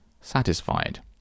satisfied